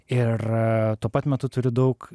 ir tuo pat metu turiu daug